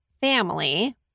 family